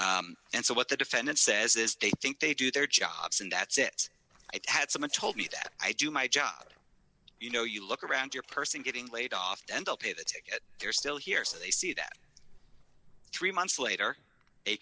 play and so what the defendant says is they think they do their jobs and that's it i've had someone told me that i do my job you know you look around your person getting laid off then they'll pay the ticket they're still here so they see that three months later a